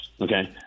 okay